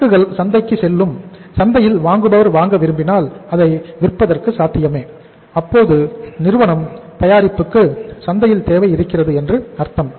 சரக்குகள் சந்தைக்கு செல்லும் சந்தையில் வாங்குபவர் வாங்க விரும்பினால் அதை விற்பதற்கு சாத்தியமே அப்போது நிறுவனம் தயாரிப்புக்கு சந்தையில் தேவை இருக்கிறது என்று அர்த்தம்